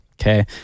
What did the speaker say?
Okay